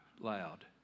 loud